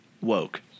woke